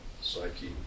psyche